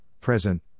present